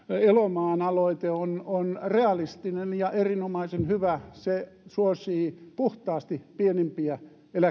elomaan aloite on on realistinen ja erinomaisen hyvä se suosii puhtaasti pienimpiä